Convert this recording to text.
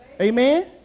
Amen